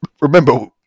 remember